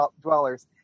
dwellers